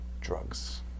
Drugs